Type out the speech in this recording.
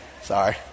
sorry